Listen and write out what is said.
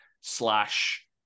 slash